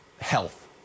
health